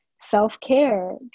self-care